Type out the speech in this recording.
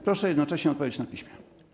Proszę jednocześnie o odpowiedź na piśmie.